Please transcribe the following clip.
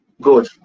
good